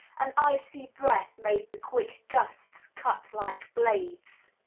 an icy breath made the quick gusts cut like blades.